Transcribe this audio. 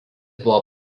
buvo